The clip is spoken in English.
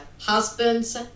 husbands